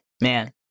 Man